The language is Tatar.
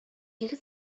егет